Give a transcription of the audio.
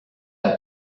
that